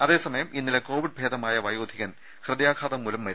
അതേസമയം ഇന്നലെ കോവിഡ് ഭേദമായ വയോധികൻ ഹൃദയാഘാതം മൂലം മരിച്ചു